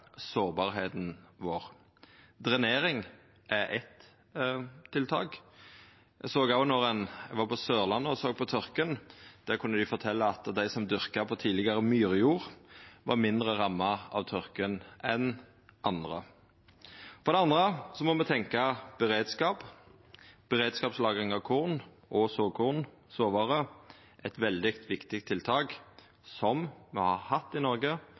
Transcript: sårbarheita vår. Drenering er eitt tiltak. Då eg var på Sørlandet og såg på tørka, kunne dei fortelja at dei som dyrka på tidlegare myrjord, var mindre ramma av tørka enn andre. For det andre må me tenkja beredskap, beredskapslagring av korn og såkorn, såvarer – eit veldig viktig tiltak som me har hatt i Noreg,